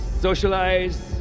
socialize